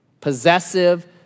possessive